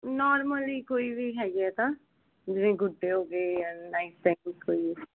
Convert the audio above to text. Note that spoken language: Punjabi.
ਨੌਰਮਲ ਹੀ ਕੋਈ ਵੀ ਹੈਗੇ ਹੈ ਤਾਂ ਜਿਵੇਂ ਗੁੱਡੇ ਹੋ ਗਏ ਐਵੇਂ ਨਾਈਸ ਕੋਈ